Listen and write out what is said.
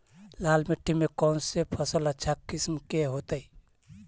लाल मिट्टी में कौन से फसल अच्छा किस्म के होतै?